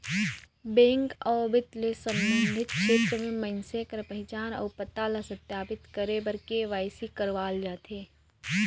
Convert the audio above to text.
bank अउ बित्त ले संबंधित छेत्र में मइनसे कर पहिचान अउ पता ल सत्यापित करे बर के.वाई.सी करवाल जाथे